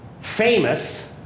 famous